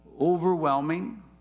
overwhelming